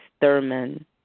Thurman